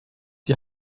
die